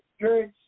church